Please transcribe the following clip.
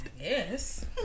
Yes